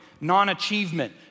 non-achievement